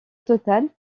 total